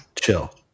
Chill